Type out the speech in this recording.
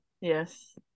Yes